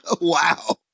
Wow